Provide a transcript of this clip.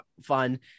fun